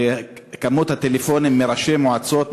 את כמות הטלפונים מראשי מועצות,